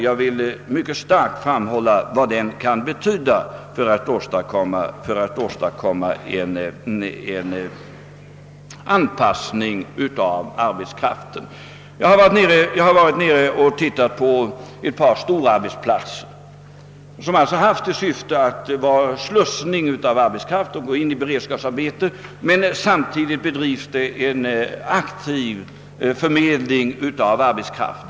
Jag har varit och tittat på ett par storarbetsplatser som alltså haft till syfte att vara slussar för arbetskraft som skall gå in i beredskapsarbete, men samtidigt bedrivs en aktiv förmedling av arbetskraft.